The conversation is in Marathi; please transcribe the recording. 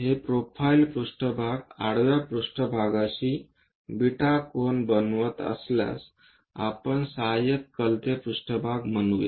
हे प्रोफाइल पृष्ठभाग आडवा पृष्ठभागाशी बीटा कोन बनवत असल्यास आपण सहाय्यक कलते पृष्ठभाग म्हणूया